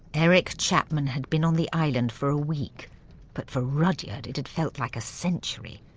eric chapman had been on the island for a week but for rudyard it had felt like a century.